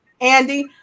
Andy